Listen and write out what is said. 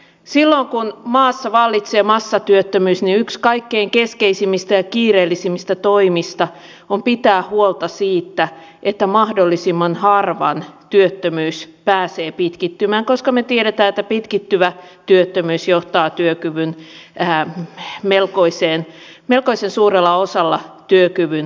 silloin kun maassa vallitsee massatyöttömyys yksi kaikkein keskeisimmistä ja kiireellisimmistä toimista on pitää huolta siitä että mahdollisimman harvan työttömyys pääsee pitkittymään koska me tiedämme että pitkittyvä työttömyys johtaa melkoisen suurella osalla työkyvyn alenemiseen